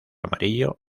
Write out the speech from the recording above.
amarillo